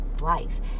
life